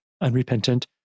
unrepentant